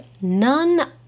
none